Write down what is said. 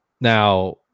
now